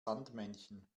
sandmännchen